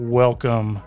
welcome